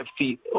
feet